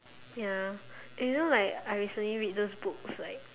ya you know like I recently read those books like